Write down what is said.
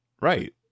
right